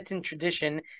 tradition